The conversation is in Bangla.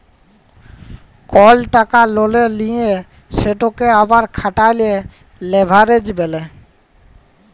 কল টাকা ললে লিঁয়ে সেটকে আবার খাটালে লেভারেজ ব্যলে